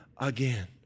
again